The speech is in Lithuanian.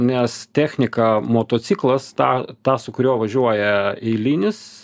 nes technika motociklas tą tą su kuriuo važiuoja eilinis